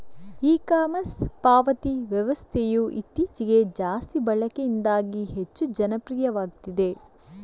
E commerce ಪಾವತಿ ವ್ಯವಸ್ಥೆಯು ಇತ್ತೀಚೆಗೆ ಜಾಸ್ತಿ ಬಳಕೆಯಿಂದಾಗಿ ಹೆಚ್ಚು ಜನಪ್ರಿಯವಾಗ್ತಿದೆ